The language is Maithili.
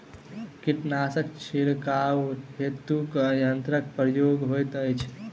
कीटनासक छिड़काव हेतु केँ यंत्रक प्रयोग होइत अछि?